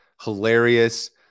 hilarious